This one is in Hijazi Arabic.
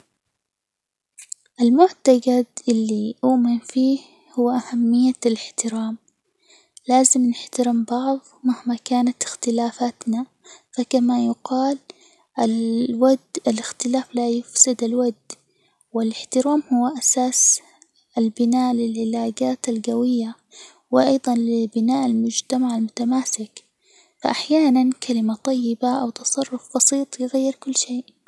المعتجد اللي أؤمن فيه هو أهمية الإحترام، لازم نحترم بعظ مهما كانت إختلافاتنا، فكما يقال الود-الإختلاف لا يفسد الود، والإحترام هو أساس البناء للعلاجات الجوية وأيضًا لبناء المجتمع المتماسك، فأحيانًا كلمة طيبة أو تصرف بسيط يغير كل شيء.